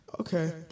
Okay